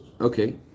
Okay